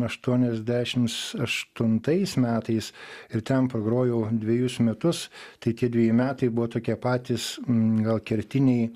aštuoniasdešims aštuntais metais ir ten pagrojau dvejus metus tai tie dveji metai buvo tokie patys gal kertiniai